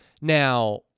Now